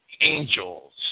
angels